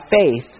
faith